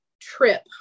trip